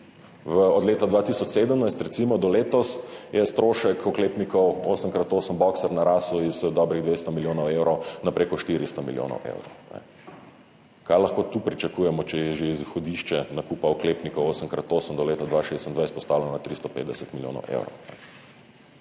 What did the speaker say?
Od leta 2017 recimo do letos je strošek oklepnikov boxer 8x8 narasel z dobrih 200 milijonov evrov na prek 400 milijonov evrov. Kaj lahko tu pričakujemo, če je že izhodišče nakupa oklepnikov 8x8 do leta 2026 postavljeno na 350 milijonov evrov?